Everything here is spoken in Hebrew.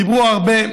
דיברו הרבה,